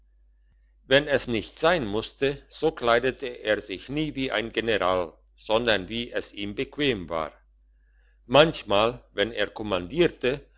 wenn es nicht sein musste so kleidete er sich nie wie ein general sondern wie es ihm bequem war manchmal wenn er kommandierte